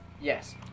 Yes